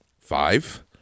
Five